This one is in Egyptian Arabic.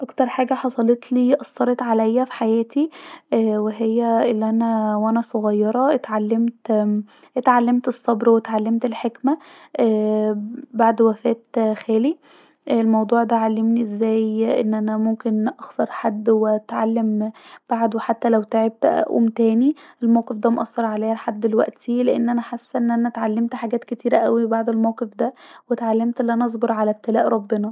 اكتر حاجه حصلتلي أثرت عليا في حياتي وهي الي انا وانا صغيره اتعلمت لا اتعلمت الصبر واتعلمت الحكمه ااا بعد وفاه خالي الموضوع ده علمني ان انا ممكن اخسر حد واتعلم بعده اقوم تاني الموضوع ده اثر لحد دلوقتي لأن انا حاسه اني اتعلمت حاجات كتير اوي في الموقف ده واتعلمت أن انا اصبر علي ابتلاء ربنا